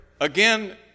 again